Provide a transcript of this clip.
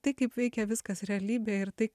retai kaip veikia viskas realybėj ir tai